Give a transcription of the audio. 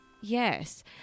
Yes